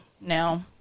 now